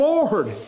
Lord